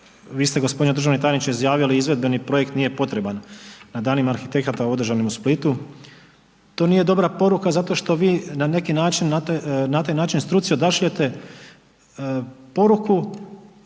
vi ste g. državni tajniče izjavili izvedbeni projekt nije potreban na danima arhitekata održanim u Splitu. To nije dobra poruka zato što vi na neki način na taj način struci odašiljete poruku